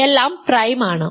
എല്ലാം പ്രൈം ആണ്